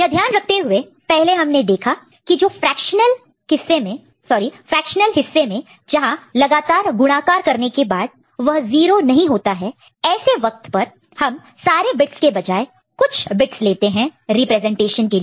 यह ध्यान रखते हुए पहले हमने देखा कि जो फ्रेक्शनल हिस्से में जहां लगातार गुणाकार मल्टीप्लिकेशन multiplication करने के बाद वह 0 नहीं होता है ऐसे वक्त पर हम सारे बिट्स के बजाय कुछ बिट्स लेते हैं रिप्रेजेंटेशन के लिए